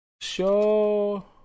Show